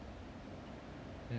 mm